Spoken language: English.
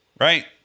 right